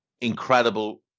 incredible